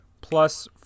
plus